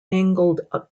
angled